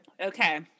Okay